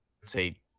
say